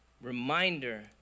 reminder